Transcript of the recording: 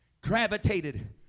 gravitated